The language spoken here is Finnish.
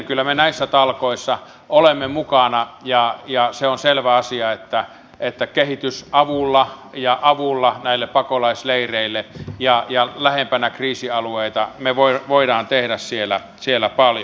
kyllä me näissä talkoissa olemme mukana ja se on selvä asia että kehitysavulla ja avulla näille pakolaisleireille ja lähempänä kriisialueita me voimme tehdä paljon